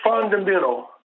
fundamental